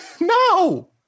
No